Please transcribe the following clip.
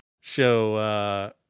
show